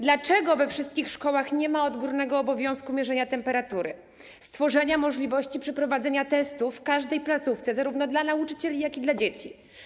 Dlaczego we wszystkich szkołach nie ma odgórnego obowiązku mierzenia temperatury, stworzenia możliwości przeprowadzenia testów w każdej placówce zarówno dla nauczycieli, jak i dla dzieci?